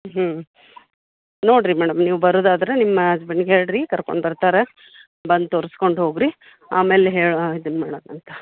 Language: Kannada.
ಹ್ಞೂ ನೋಡಿರಿ ಮೇಡಮ್ ನೀವು ಬರುದಾದರೆ ನಿಮ್ಮ ಹಸ್ಬೆಂಡ್ಗೆ ಹೇಳಿರಿ ಕರ್ಕೊಂಡು ಬರ್ತಾರೆ ಬಂದು ತೋರ್ಸ್ಕೊಂಡು ಹೋಗಿರಿ ಆಮೇಲೆ ಹೇಳಿ ಇದನ್ನ ಮಾಡಾಣಂತ